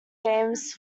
games